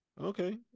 Okay